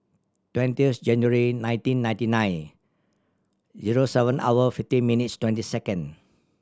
twentieth January nineteen ninety nine zero seven hour fifty minutes twenty second